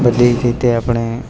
બધી રીતે આપણે